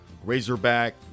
Razorback